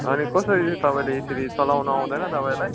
अनि कसरी चाहिँ तपाईँले यसरी चलाउनु आउँदैन तपाईँलाई